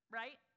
right